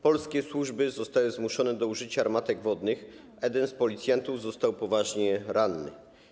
Polskie służby zostały zmuszone do użycia armatek wodnych, a jeden z policjantów został poważnie ranny.